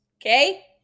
Okay